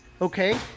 Okay